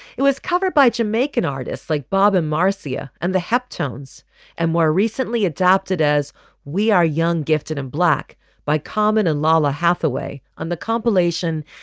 it was covered by jamaican artists like bob marzia and the harp tones and were recently adapted as we are young, gifted and black by carmen and lalah hathaway. on the compilation,